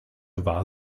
war